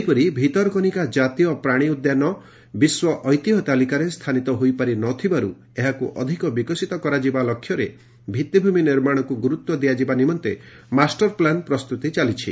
ସେହିପରି ଭିତରକନିକା ଜାତୀୟ ପ୍ରାଶୀ ଉଦ୍ୟାନ ବିଶ୍ୱ ଐତିହ୍ୟ ତାଲିକାରେ ସ୍ଚାନିତ ହୋଇପାରି ନଥିବାରୁ ଏହାକୁ ଅଧିକ ବିକଶିତ କରାଯିବା ଲକ୍ଷ୍ୟରେ ଭିଭିଭୂମି ନିର୍ମାଣକୁ ଗୁରୁତ୍ ଦିଆଯିବା ନିମନ୍ତେ ମାଷ୍ଟରପ୍ଲାନ ପ୍ରସ୍ତୁତି ଚାଲିଛି